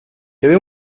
lleve